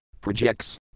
Projects